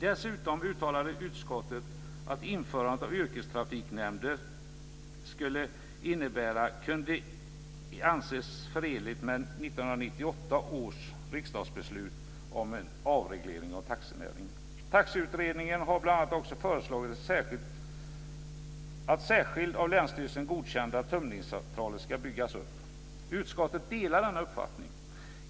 Dessutom uttalade utskottet att införande av yrkestrafiknämnder inte kunde anses förenligt med Taxiutredningen har bl.a. också föreslagit att särskilda av länsstyrelserna godkända tömningscentraler ska byggas upp. Utskottet delar denna uppfattning.